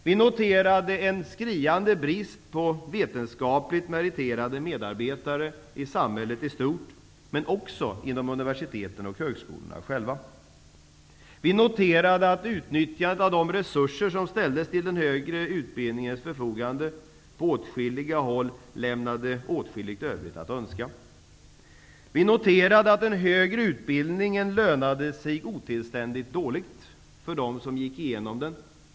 Vi noterade en skriande brist på vetenskapligt meriterade medarbetare i samhället i stort men också inom universiteten och högskolorna själva. Vi noterade att utnyttjandet av de resurser som ställdes till den högre utbildningens förfogande på åtskilliga håll lämnade åtskilligt övrigt att önska. Vi noterade att den högre utbildningen lönade sig otillständigt dåligt för dem som gick igenom den.